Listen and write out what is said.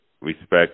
respect